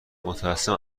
متاسفم